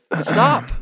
Stop